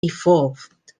evolved